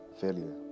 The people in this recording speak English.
failure